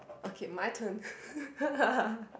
okay mine turn